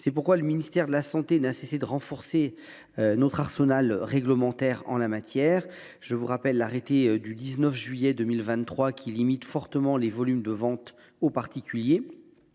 ces raisons, le ministère de la santé n’a cessé de renforcer notre arsenal réglementaire en la matière. Ainsi, l’arrêté du 19 juillet 2023 limite fortement les volumes de vente aux particuliers.